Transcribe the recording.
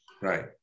right